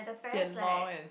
Hsien Loong and